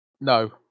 No